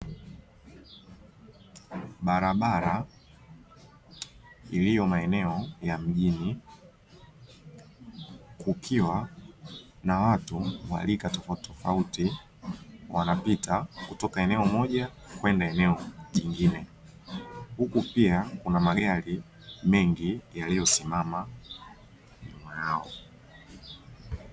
Barabara iliyo maeneo ya mjini kukiwa na watu waalika tofauti tofauti wanapita kutoka eneo moja kwenda eneo jingine, huku pia kuna magari mengi yaliyosimama nao.